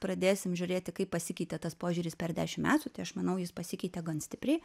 pradėsim žiūrėti kaip pasikeitė tas požiūris per dešim metų tai aš manau jis pasikeitė gan stipriai